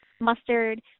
mustard